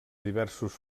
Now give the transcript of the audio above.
diversos